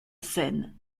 scène